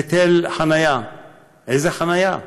היטל חנייה,